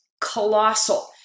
colossal